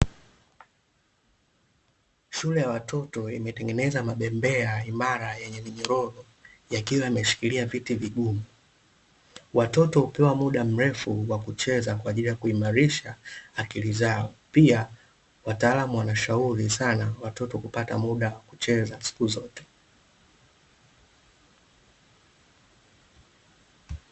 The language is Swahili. Shule ya watoto imetengeneza mabembea imara yenye minyororo yakiwa yameshikiria viti vigumu. Watoto hupewa muda mrefu wa kucheza kwa ajili ya kuimarisha akili zao, pia wataalamu wanashauri sana watoto kupata muda wakucheza siku zote.